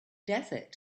desert